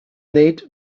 nate